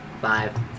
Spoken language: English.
Five